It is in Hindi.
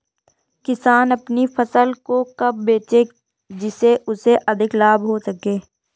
किसान अपनी फसल को कब बेचे जिसे उन्हें अधिक लाभ हो सके?